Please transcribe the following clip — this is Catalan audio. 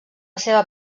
seva